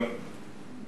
בסדר, טוב.